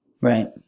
Right